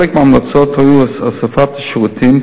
חלק מההמלצות היו הוספת שירותים,